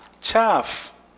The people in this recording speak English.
chaff